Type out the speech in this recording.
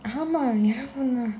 ஆமா எனக்கும் தான்:aamaa enakkum dhaan